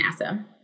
NASA